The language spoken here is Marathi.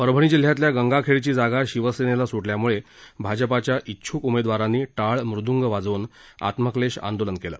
परभणी जिल्ह्यातील गंगाखेडची जागा शिवसेनेला स्टल्यामुळं भाजपच्या इच्छूक उमेदवारांनी टाळ मंदूंग वाजवून आत्मक्लेश आंदोलन केलं